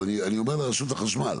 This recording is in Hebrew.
אבל אני אומר לרשות החשמל,